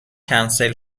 کنسل